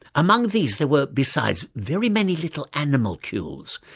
among these there were, besides, very many little animalcules,